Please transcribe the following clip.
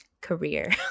career